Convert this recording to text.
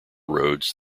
roads